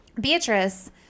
Beatrice